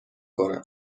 کنم